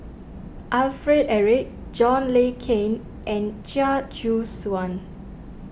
Alfred Eric John Le Cain and Chia Choo Suan